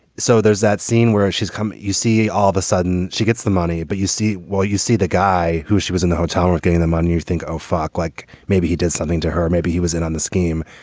so there's that scene where she's come. you see, all of a sudden she gets the money. but you see while you see the guy who she was in the hotel room getting the money, you think, oh, fuck, like maybe he does something to her. maybe he was in on the scheme.